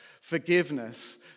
forgiveness